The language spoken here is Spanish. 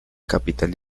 capital